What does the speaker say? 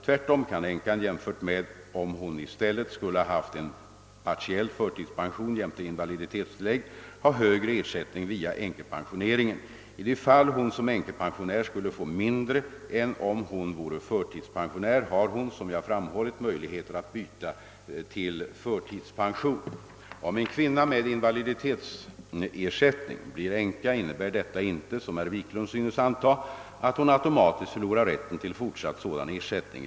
Tvärtom kan änkan jämfört med om hon i stället skulle haft en partiell förtidspension jämte invaliditetstillägg ha högre ersättning via änkepensioneringen. I de fall hon som änkepensionär skulle få mindre än om hon vore för tidspensionär, har hon, som jag framhållit, möjlighet att byta till förtidspension. Om en kvinna med invaliditetsersättning blir änka innebär detta inte, som herr Wiklund synes anta, att hon automatiskt förlorar rätten till fortsatt, sådan ersättning.